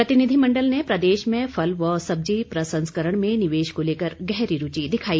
प्रतिनिधिमंडल ने प्रदेश में फल व सब्जी प्रसंस्करण में निवेश को लेकर गहरी रुचि दिखाई